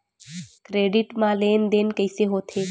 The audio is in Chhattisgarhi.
क्रेडिट मा लेन देन कइसे होथे?